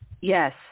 Yes